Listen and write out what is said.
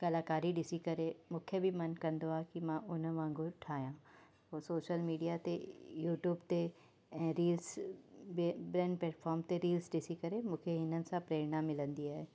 कलाकारी ॾिसी करे मूंखे बि मन कंदो आहे कि मां उन वांगुरु ठाहियां और सोशल मीडिया ते यूट्यूब ते ऐं रील्स बे ॿियनि प्लैटफॉर्म ते रील्स ॾिसी करे मूंखे हिननि सां प्रैरणा मिलंदी आहे